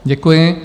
Děkuji.